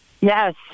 Yes